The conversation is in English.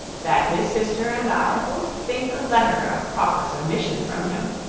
that his sister and i both think a letter of proper submission from him,